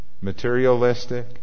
materialistic